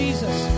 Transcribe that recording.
Jesus